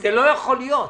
זה לא יכול להיות.